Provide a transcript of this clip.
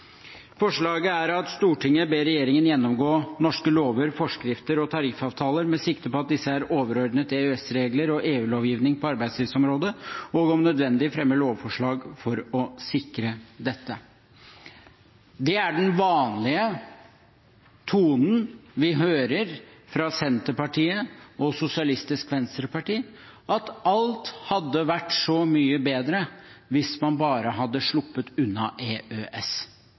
Forslaget er: «Stortinget ber regjeringen gjennomgå norske lover, forskrifter og tariffavtaler med sikte på at disse er overordnet EØS-regler og EU-lovgivning på arbeidslivsområdet, og om nødvendig fremme lovforslag for å sikre dette.» Det er den vanlige tonen vi hører fra Senterpartiet og Sosialistisk Venstreparti, at alt hadde vært så mye bedre hvis man bare hadde sluppet unna EØS.